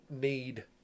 need